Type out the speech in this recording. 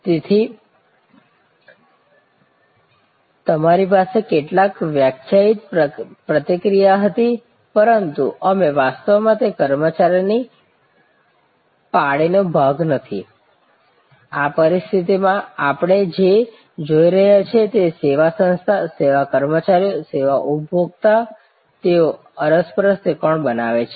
તેથી તમારી પાસે કેટલીક વ્યાખ્યાયિત પ્રતિક્રિયા હતી પરંતુ તમે વાસ્તવમાં તે કર્મચારીની પાળીનો ભાગ નથી આ પરિસ્થિતિમાં આપણે જે જોઈ રહ્યા છીએ તે સેવા સંસ્થા સેવા કર્મચારીઓ સેવા ઉપભોક્તા તેઓ અરસપરસ ત્રિકોણ બનાવે છે